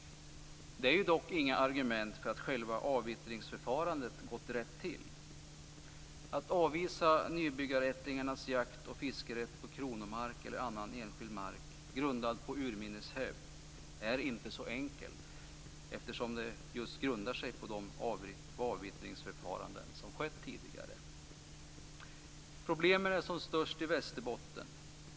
Det är dock inga argument för att själva avvittringsförfarandet gått rätt till. Att avvisa nybyggarättlingarnas jakt och fiskerätt på kronomark eller annan enskild mark, grundad på urminneshävd, är inte så enkelt eftersom den just grundar sig på de avvittringsförfaranden som skett tidigare. Problemen är som störst i Västerbotten.